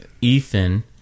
Ethan